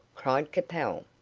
cried capel.